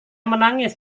menangis